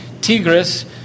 Tigris